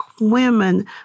women